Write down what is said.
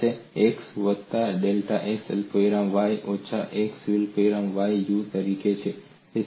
તમારી પાસે x વત્તા ડેલ્ટા x અલ્પવિરામ y ઓછા x અલ્પવિરામ y ના u તરીકે છે